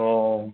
ഓ